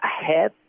ahead